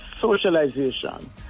socialization